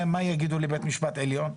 מה יגידו לבית משפט עליון?